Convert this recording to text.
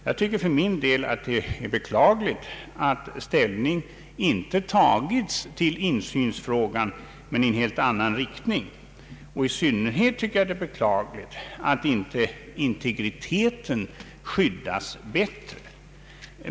Jag tycker för min del att det är beklagligt att ställning inte har tagits till insynsfrågan, och i synnerhet tycker jag det är beklagligt att inte integriteten har skyddats bättre.